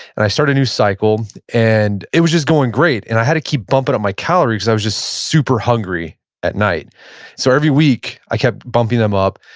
and i start a new cycle and it was just going great, and i had to keep bumping up my calories because i was just super hungry at night so every week, i kept bumping them up,